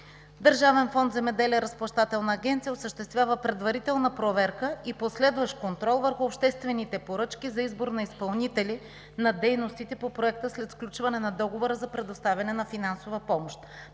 Държавен фонд „Земеделие“ – разплащателна агенция, осъществява предварителна проверка и последващ контрол върху обществените поръчки за избор на изпълнители за дейностите по Проекта, след сключване на договора за предоставяне на финансова помощ.